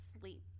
sleep